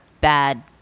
bad